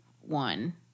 one